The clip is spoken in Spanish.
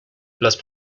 las